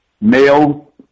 male